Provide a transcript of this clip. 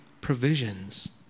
provisions